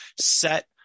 set